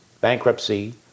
bankruptcy